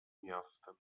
miastem